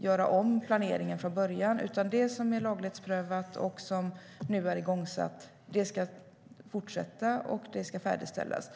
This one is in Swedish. göra om planeringen från början. Det som är laglighetsprövat och nu igångsatt ska fortsätta, och det ska färdigställas.